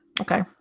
okay